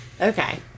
Okay